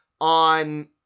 on